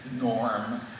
norm